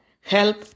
help